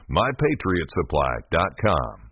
mypatriotsupply.com